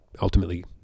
ultimately